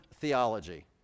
theology